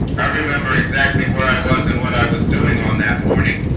i remember exactly where i was and what i was doing on that morning